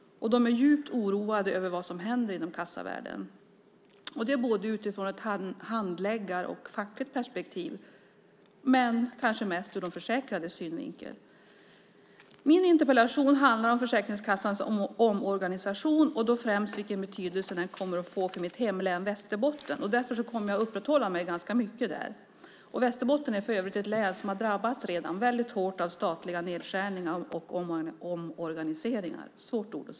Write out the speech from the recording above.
De är djupt oroade över vad som händer inom kassavärlden, både utifrån ett handläggarperspektiv och utifrån ett fackligt perspektiv men kanske mest ur de försäkrades synvinkel. Min interpellation handlar om Försäkringskassans omorganisation och då främst vilken betydelse den kommer att få för mitt hemlän Västerbotten. Därför kommer jag att uppehålla mig ganska mycket där. Västerbotten är för övrigt ett län som redan har drabbats väldigt hårt av statliga nedskärningar och omorganiseringar.